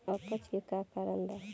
अपच के का कारण बा?